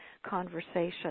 conversation